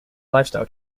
lifestyle